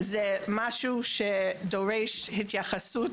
זה משהו שדורש שוב התייחסות,